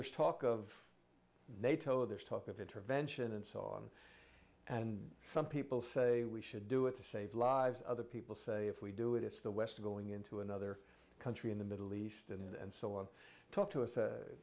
there's talk of nato there's talk of intervention and so on and some people say we should do it to save lives other people say if we do it it's the west going into another country in the middle east and so on talk to us a